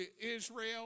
Israel